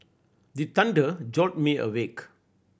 the thunder jolt me awake